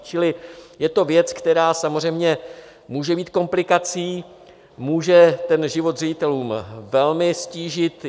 Čili je to věc, která samozřejmě může být komplikací, může život ředitelům velmi ztížit.